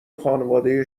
خانواده